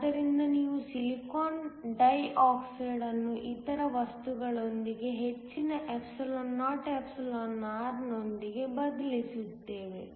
ಆದ್ದರಿಂದ ನಾವು silicon dioxide ಅನ್ನು ಇತರ ವಸ್ತುಗಳೊಂದಿಗೆ ಹೆಚ್ಚಿನ εor ನೊಂದಿಗೆ ಬದಲಾಯಿಸುತ್ತೇವೆ